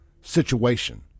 situation